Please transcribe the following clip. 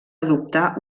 adoptar